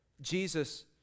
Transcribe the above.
Jesus